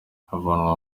avanwa